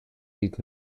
did